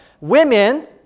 Women